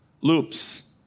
loops